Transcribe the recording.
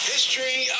History